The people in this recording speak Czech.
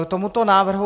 K tomuto návrhu.